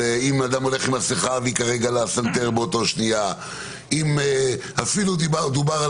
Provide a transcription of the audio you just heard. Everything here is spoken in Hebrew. למשל אם אדם הולך עם מסכה והיא באותה שנייה על הסנטר; אפילו דובר על